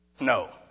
No